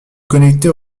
connecter